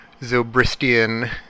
Zobristian